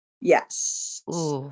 Yes